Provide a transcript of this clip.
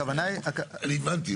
הכוונה --- אני הבנתי,